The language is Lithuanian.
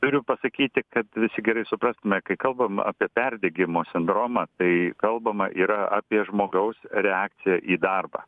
turiu pasakyti kad visi gerai suprastume kai kalbam apie perdegimo sindromą tai kalbama yra apie žmogaus reakciją į darbą